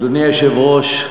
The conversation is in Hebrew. אדוני היושב-ראש,